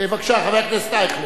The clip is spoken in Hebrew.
בבקשה, חבר הכנסת אייכלר.